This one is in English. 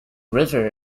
river